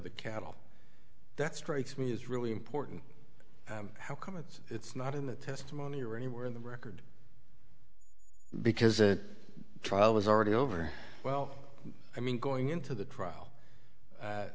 the cattle that strikes me as really important how come it's not in the testimony or anywhere in the record because the trial was already over well i mean going into the trial